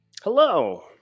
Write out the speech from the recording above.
Hello